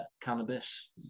cannabis